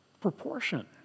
proportion